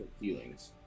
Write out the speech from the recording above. feelings